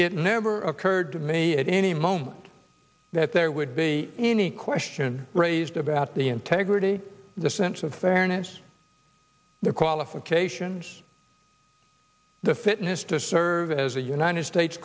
it never occurred to me at any moment that there would be any question raised about the integrity the sense of fairness the qualifications the fitness to serve as a united states